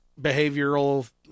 behavioral